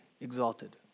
exalted